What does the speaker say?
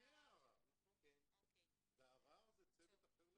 להגיד את הדברים בצורה מאוד רחבה.